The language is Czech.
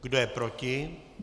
Kdo je proti?